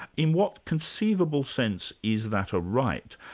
in what conceivable sense is that a right?